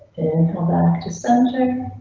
back to center.